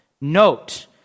Note